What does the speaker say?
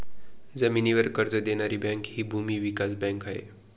जमिनीवर कर्ज देणारी बँक हि भूमी विकास बँक आहे